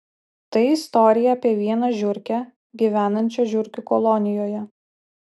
tai istorija apie vieną žiurkę gyvenančią žiurkių kolonijoje